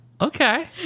okay